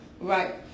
Right